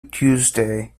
tuesday